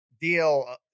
deal